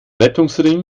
rettungsring